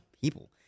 people